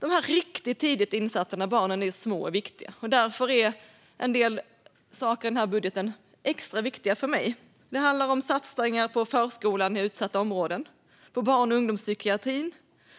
De riktigt tidiga insatserna när barnen är små är viktiga. Därför är en del saker i den här budgeten extra viktiga för mig. Det handlar om satsningar på förskolan i utsatta områden och på barn och ungdomspsykiatrin.